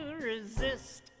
resist